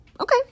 okay